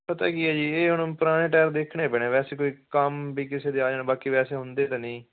ਪਤਾ ਕੀ ਐ ਜੀ ਇਹ ਹੁਣ ਪੁਰਾਣੇ ਟੈਰ ਦੇਖਣੇ ਪੈਣੇ ਵੈਸੇ ਕੋਈ ਕੰਮ ਵੀ ਕਿਸੇ ਦੇ ਆ ਜਾਣ ਬਾਕੀ ਵੈਸੇ ਹੁੰਦੇ ਤਾਂ ਨਈਂ